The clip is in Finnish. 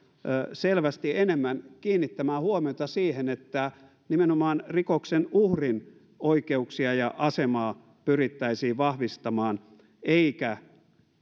selvästi enemmän kiinnittämään huomiota siihen että nimenomaan rikoksen uhrin oikeuksia ja asemaa pyrittäisiin vahvistamaan eikä